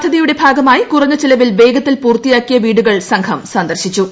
പദ്ധതിയുടെ ഭാഗമായി കുറഞ്ഞ ചെലവിൽ വേഗത്തിൽ പൂർത്തിയാക്കിയ വീടുകൾ സംഘം സന്ദർശിച്ചു